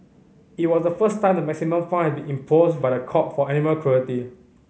it was the first time the maximum fine be imposed by the court for animal cruelty